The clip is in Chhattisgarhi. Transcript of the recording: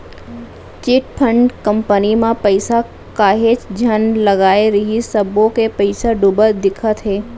चिटफंड कंपनी म पइसा काहेच झन लगाय रिहिस सब्बो के पइसा डूबत दिखत हे